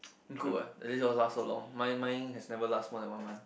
good what at least last so long mine mine has never last more than one month